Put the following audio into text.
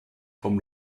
vom